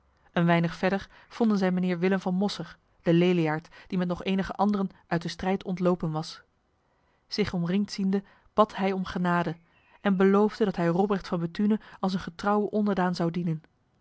een weinig verder vonden zij mijnheer willem van mosser de leliaard die met nog enige anderen uit de strijd ontlopen was zich omringd ziende bad hij om genade en beloofde dat hij robrecht van bethune als een getrouwe onderdaan zou dienen